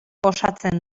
osatzen